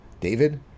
David